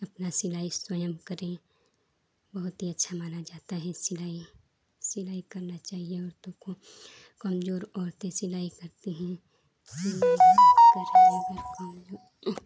अपना सिलाई स्वयं करें बहुत ही अच्छा माना जाता है सिलाई सिलाई करना चाहिए औरतों को कमजोर औरतें सिलाई करती है कैसा और भी काम भी